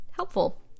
helpful